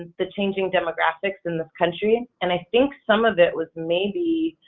the changing demographics in this country, and i think some of it was maybe